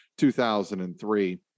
2003